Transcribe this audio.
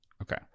Okay